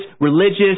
religious